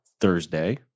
Thursday